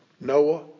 Noah